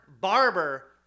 barber